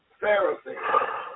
Pharisee